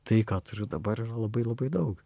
tai ką turiu dabar yra labai labai daug